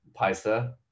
paisa